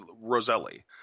Roselli